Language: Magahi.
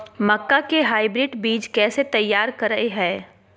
मक्का के हाइब्रिड बीज कैसे तैयार करय हैय?